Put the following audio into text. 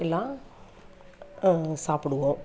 எல்லாம் சாப்பிடுவோம்